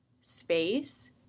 space